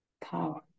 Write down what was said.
power